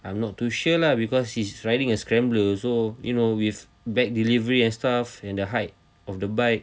I'm not too sure lah because he's riding a scrambler so you know with back delivery and staff in the height of the bike